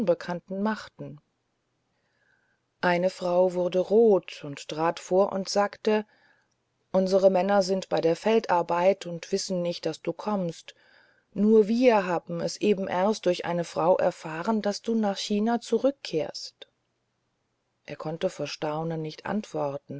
unbekannten machten eine frau wurde rot und trat vor und sagte unsere männer sind bei der feldarbeit und wissen nicht daß du kommst nur wir haben es eben erst durch eine frau erfahren daß du nach china zurückkehrst er konnte vor staunen nicht antworten